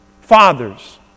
fathers